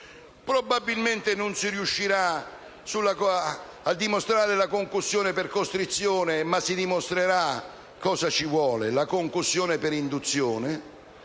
probabilmente non si riuscirà a dimostrare la concussione per costrizione, ma si dimostrerà la concussione per induzione